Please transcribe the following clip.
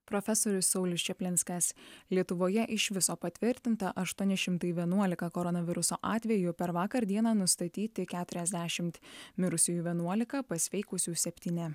profesorius saulius čaplinskas lietuvoje iš viso patvirtinta aštuoni šimtai vienuolika koronaviruso atvejų per vakar dieną nustatyti keturiadešimt mirusiųjų vienuolika pasveikusių septyni